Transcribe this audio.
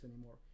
anymore